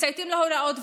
מצייתים להוראות,